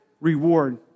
reward